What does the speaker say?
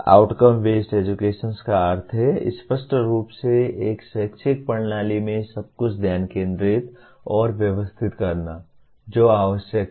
outcome based education का अर्थ है स्पष्ट रूप से एक शैक्षिक प्रणाली में सब कुछ ध्यान केंद्रित और व्यवस्थित करना जो आवश्यक है